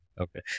okay